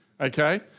okay